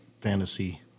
fantasy